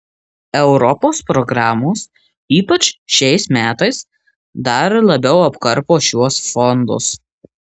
europos programos ypač šiais metais dar labiau apkarpo šiuos fondus